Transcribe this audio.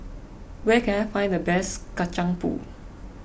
where can I find the best Kacang Pool